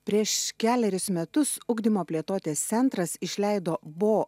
prieš keleris metus ugdymo plėtotės centras išleido bo